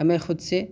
ہمیں خود سے